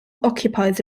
occupies